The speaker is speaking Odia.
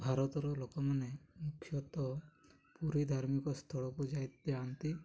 ଭାରତର ଲୋକମାନେ ମୁଖ୍ୟତଃ ପୁରୀ ଧାର୍ମିକ ସ୍ଥଳକୁ ଯାଇ